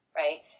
right